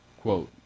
Quote